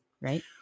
right